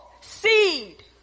seed